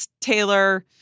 Taylor